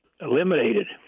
eliminated